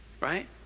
right